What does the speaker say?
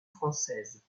française